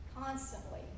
constantly